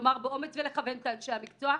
לומר באומץ ולכוון את אנשי המקצוע,